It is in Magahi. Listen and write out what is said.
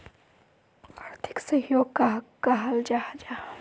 आर्थिक सहयोग कहाक कहाल जाहा जाहा?